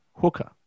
Hooker